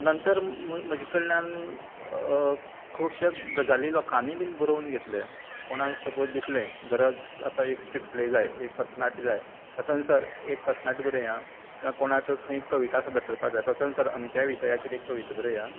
नंतर म्हजे कडल्यान खूबशे गजाली लोकांनी बीन बरोवन घेतले कोणाक सपाॅज दिसलें गरज आसा एक स्ट्रिटप्ले जाय एक पथनाट्य जाय प्रसन्न सर एक पथनाट्य बरय आं किंवां कोणाक खंय कविता सादर करपाक जाय प्रसन्न सर अमक्या विशयाचेर एक कविता बरय आं